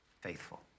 faithful